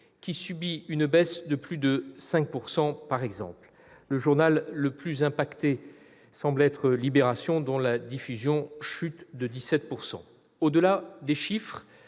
qui subit une baisse de plus de 5 %. Le journal le plus impacté semble être, dont la diffusion chute de 17 %. Au-delà des chiffres,